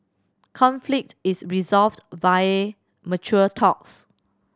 conflict is resolved via mature talks